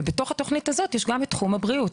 בתוך התוכנית הזאת יש גם את תחום הבריאות.